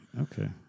Okay